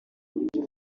uburyo